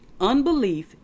Unbelief